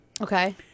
Okay